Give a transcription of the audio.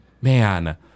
man